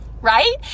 right